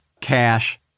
cash